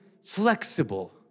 flexible